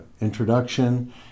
introduction